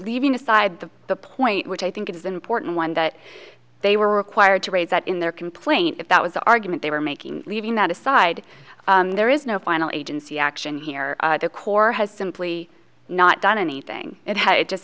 leaving aside the the point which i think is an important one that they were required to raise that in their complaint if that was the argument they were making leaving that aside there is no final agency action here the corps has simply not done anything and had it just